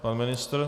Pan ministr?